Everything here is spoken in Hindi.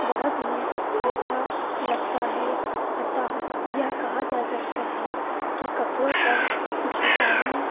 बहुत ही अच्छा लगता है अतः यह कहा जा सकता है कि कपड़ों पर चित्रकारी